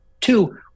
Two